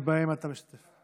שבהן אתה משתתף.